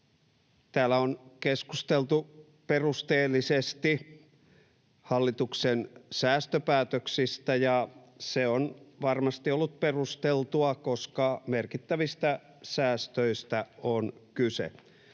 Täällä on keskusteltu perusteellisesti hallituksen säästöpäätöksistä, ja se on varmasti ollut perusteltua, koska merkittävistä säästöistä on kyse.